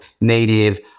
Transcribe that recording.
native